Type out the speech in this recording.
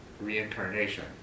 reincarnation